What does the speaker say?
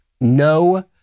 No